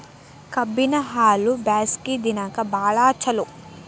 ಕಬ್ಬಿನ ಹಾಲು ಬ್ಯಾಸ್ಗಿ ದಿನಕ ಬಾಳ ಚಲೋ